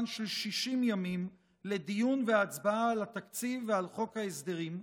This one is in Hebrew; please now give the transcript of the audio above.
של 60 ימים לדיון והצבעה על התקציב ועל חוק ההסדרים,